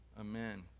Amen